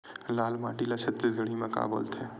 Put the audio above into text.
लाल माटी ला छत्तीसगढ़ी मा का बोलथे?